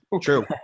true